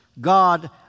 God